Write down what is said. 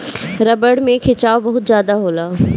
रबड़ में खिंचाव बहुत ज्यादा होला